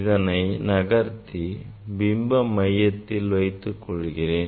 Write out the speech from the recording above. இதனை நகர்த்தி பிம்பத்தை மையத்தில் வைத்து கொள்கிறேன்